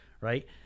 right